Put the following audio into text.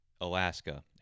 Alaska